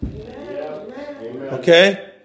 Okay